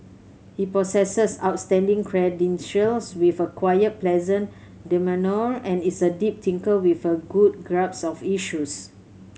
he possesses outstanding credentials with a quiet pleasant demeanour and is a deep thinker with a good grasp of issues